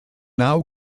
now